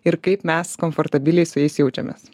ir kaip mes komfortabiliai su jais jaučiamės